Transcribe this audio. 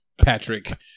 Patrick